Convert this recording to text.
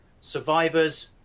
survivors